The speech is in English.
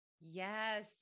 Yes